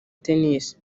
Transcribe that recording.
tennis